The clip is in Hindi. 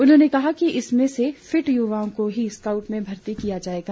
उन्होंने कहा कि इनमें से फिट युवाओं को ही स्काउट में भर्ती किया जाएगा